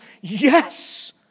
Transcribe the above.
yes